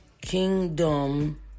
Kingdom